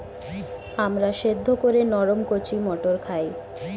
আমরা সেদ্ধ করে নরম কচি মটর খাই